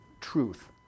truth